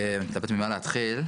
אני מתלבט ממה להתחיל.